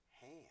hand